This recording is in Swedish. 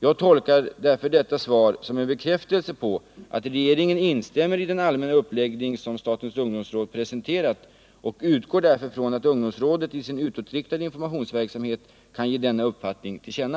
Jag tolkar detta svar som en bekräftelse på att regeringen instämmer i den allmänna uppläggning som statens ungdomsråd presenterat och utgår därför från att ungdomsrådet i sin utåtriktade informationsverksamhet kan ge denna uppfattning till känna.